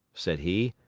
said he,